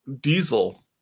Diesel